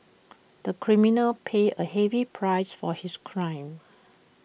the criminal paid A heavy price for his crime